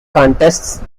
contests